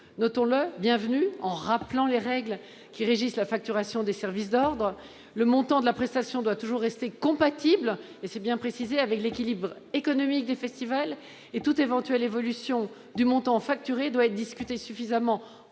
bienvenue. Elle a rappelé les règles qui régissent la facturation des services d'ordre. Le montant de la prestation doit toujours rester compatible, c'est bien précisé, avec l'équilibre économique des festivals. Toute évolution éventuelle du montant facturé doit être discutée suffisamment